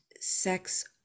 sex